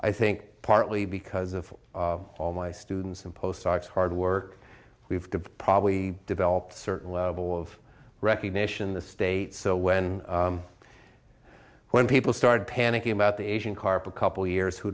i think partly because of all my students and postdocs hard work we've got probably developed a certain level of recognition the state so when when people started panicking about the asian carp a couple years who